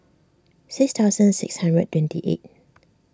six thousand six hundred twenty eight